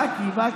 בקי, בקי.